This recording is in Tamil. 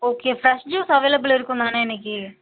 ஓகே ஃப்ரெஷ் ஜூஸ் அவைளபுல் இருக்கும் தானே இன்றைக்கு